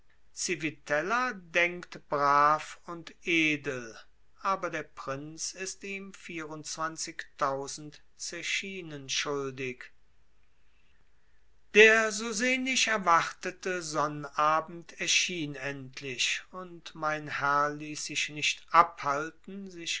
civitella denkt brav und edel aber der prinz ist ihm zechinen schuldig der so sehnlich erwartete sonnabend erschien endlich und mein herr ließ sich nicht abhalten sich